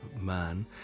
man